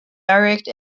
direct